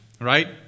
right